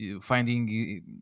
finding